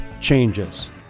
changes